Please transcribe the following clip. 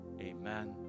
Amen